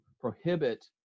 prohibit